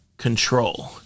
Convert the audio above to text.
control